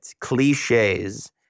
cliches